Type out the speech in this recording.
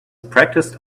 practiced